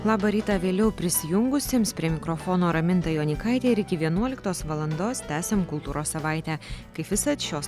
labą rytą vėliau prisijungusiems prie mikrofono raminta jonykaitė ir iki vienuoliktos valandos tęsiam kultūros savaitę kaip visad šios